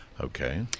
Okay